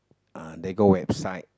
uh they go website